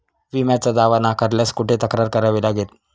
विम्याचा दावा नाकारल्यास कुठे तक्रार करावी लागेल?